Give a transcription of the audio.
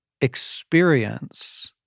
experience